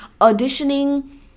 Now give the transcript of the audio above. auditioning